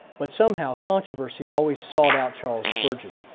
but somehow controversy always sought out charles spurgeon,